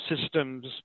systems